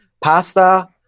pasta